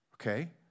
Okay